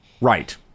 Right